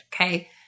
okay